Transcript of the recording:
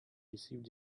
received